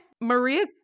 Maria